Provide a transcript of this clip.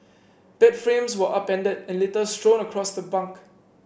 bed frames were upended and litter strewn across the bunk